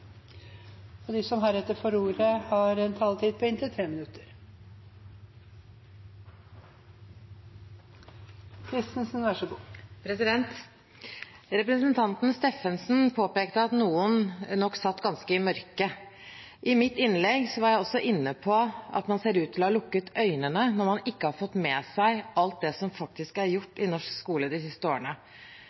Steffensen påpekte at noen nok satt ganske i mørket. I mitt innlegg var jeg også inne på at man ser ut til å ha lukket øynene når man ikke har fått med seg alt det som faktisk er gjort i norsk skole de siste årene.